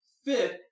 Fifth